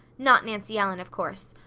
not nancy ellen, of course.